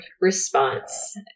response